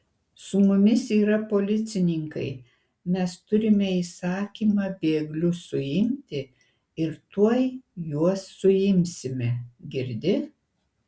su mumis yra policininkai mes turime įsakymą bėglius suimti ir tuoj juos suimsime girdi